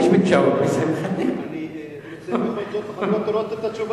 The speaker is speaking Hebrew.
היא תענה לך עכשיו שהיא תיתן